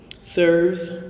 serves